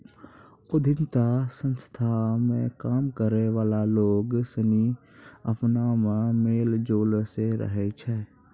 उद्यमिता संस्था मे काम करै वाला लोग सनी अपना मे मेल जोल से रहै छै